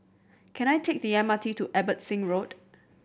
can I take the M R T to Abbotsingh Road